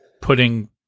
putting